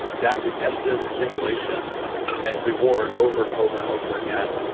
that repetitive stimulation and reward over and over and over again,